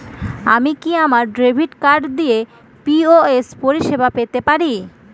আমি কি আমার ডেবিট কার্ড দিয়ে পি.ও.এস পরিষেবা পেতে পারি?